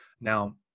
Now